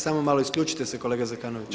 Samo malo, isključite se kolega Zekanoviću.